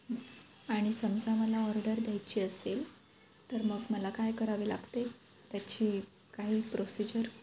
आणि समजा मला ऑर्डर द्यायची असेल तर मग मला काय करावे लागते त्याची काही प्रोसिजर